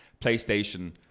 PlayStation